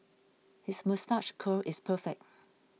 his moustache curl is perfect